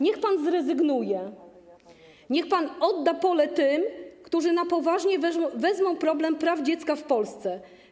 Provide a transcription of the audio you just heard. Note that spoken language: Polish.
Niech pan zrezygnuje, niech pan odda pole tym, którzy na poważnie podejdą do problemu praw dziecka w Polsce.